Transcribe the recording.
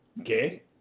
Okay